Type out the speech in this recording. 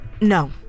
No